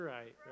Right